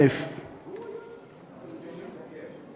אני מבקש להתנגד.